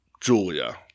Julia